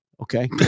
Okay